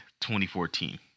2014